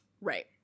right